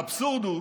האבסורד הוא